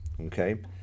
okay